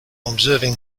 observing